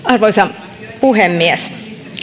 arvoisa puhemies